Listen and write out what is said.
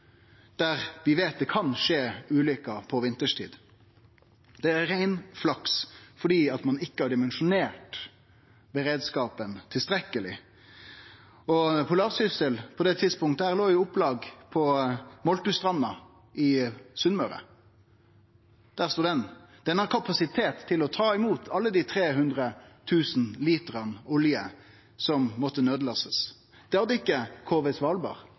der vi veit det kan skje ulykker på vinterstid. Det er rein flaks, for ein har ikkje dimensjonert beredskapen tilstrekkeleg. «Polarsyssel» låg på dette tidspunktet i opplag på Moltustranda i Sunnmøre. Der stod skipet. Det har kapasitet til å ta imot alle dei 300 000 litrane med olje som måtte naudlastast. Det hadde ikkje